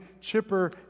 chipper